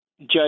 Judge